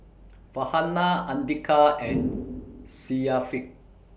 Farhanah Andika and Syafiq